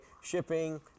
shipping